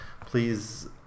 please